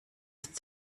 ist